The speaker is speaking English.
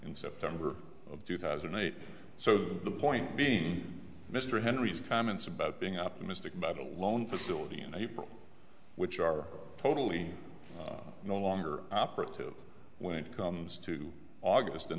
in september of two thousand and eight so the point being mr henry's comments about being optimistic about a loan facility in april which are totally no longer operative when it comes to august